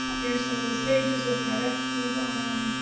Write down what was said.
here's some of those pages with my recipes on um